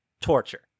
torture